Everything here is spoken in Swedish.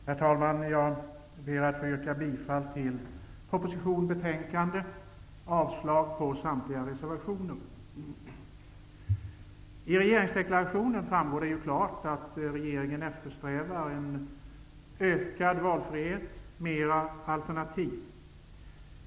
Herr talman! Jag ber att få yrka bifall till utskottets hemställan, som innebär bifall till propositionen, och avslag på samtliga reservationer. I regeringsdeklarationen framgår klart att regeringen eftersträvar en ökad valfrihet, mera av alternativ.